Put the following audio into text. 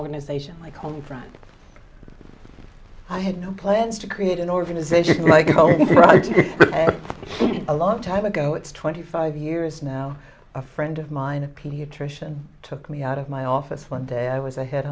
organization like home front i had no plans to create an organization like a long time ago it's twenty five years now a friend of mine a paediatrician took me out of my office one day i was a